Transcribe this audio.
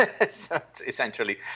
Essentially